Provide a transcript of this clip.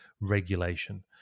regulation